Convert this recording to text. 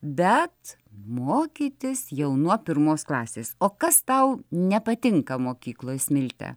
bet mokytis jau nuo pirmos klasės o kas tau nepatinka mokykloj smilte